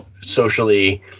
socially